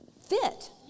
fit